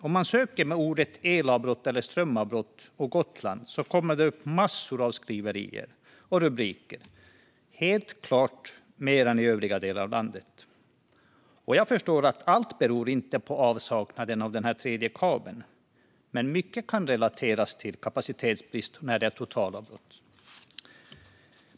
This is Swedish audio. Om man söker med orden "elavbrott" eller "strömavbrott" och "Gotland" kommer det upp massor av skriverier och rubriker, helt klart mer än för övriga delar av landet. Jag förstår att allt inte beror på avsaknaden av den tredje kabeln, men mycket kan relateras till kapacitetsbrist när det är totalavbrott.